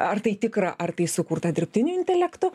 ar tai tikra ar tai sukurta dirbtinio intelekto